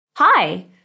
Hi